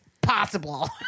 possible